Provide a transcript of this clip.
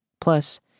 Plus